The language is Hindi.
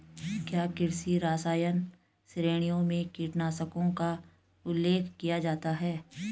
क्या कृषि रसायन श्रेणियों में कीटनाशकों का उल्लेख किया जाता है?